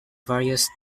various